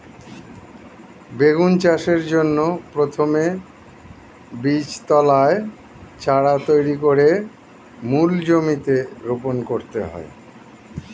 বেগুন চাষের জন্য প্রথমে বীজতলায় চারা তৈরি করে মূল জমিতে রোপণ করতে হয়